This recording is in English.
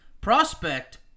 prospect